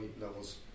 levels